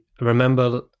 remember